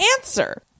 answer